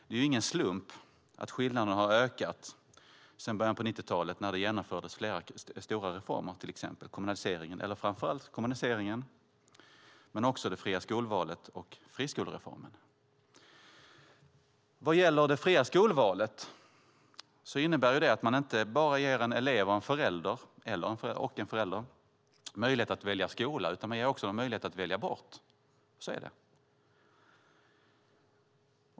Det är ingen slump att skillnaderna har ökat sedan början av 90-talet när det genomfördes flera stora reformer, framför allt kommunaliseringen men också det fria skolvalet och friskolereformen. Vad gäller det fria skolvalet innebär det att man inte bara ger en elev och en förälder möjlighet att välja skola. Man ger också en möjlighet att välja bort. Så är det.